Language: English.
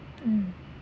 mm